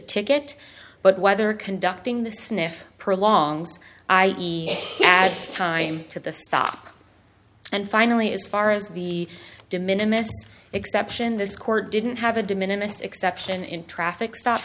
ticket but whether conducting the sniff prolongs i e adds time to the stop and finally as far as we diminish exception this court didn't have a de minimus exception in traffic stop